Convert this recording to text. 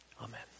Amen